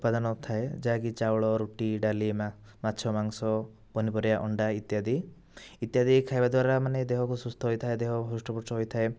ଉପାଦାନ ଥାଏ ଯାହାକି ଚାଉଳ ରୁଟି ଡାଲି ମାଛ ମାଂସ ପନିପରିବା ଅଣ୍ଡା ଇତ୍ୟାଦି ଇତ୍ୟାଦି ଖାଇବା ଦ୍ଵାରା ମାନେ ଦେହକୁ ସୁସ୍ଥ ରହିଥାଏ ଦେହ ହୃଷ୍ଟପୃଷ୍ଟ ହୋଇଥାଏ